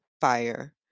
fire